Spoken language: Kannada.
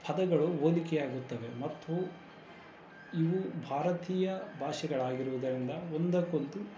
ಪದಗಳು ಹೋಲಿಕೆಯಾಗುತ್ತವೆ ಮತ್ತು ಇವು ಭಾರತೀಯ ಭಾಷೆಗಳಾಗಿರುವುದರಿಂದ ಒಂದಕ್ಕೊಂದು